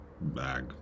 bag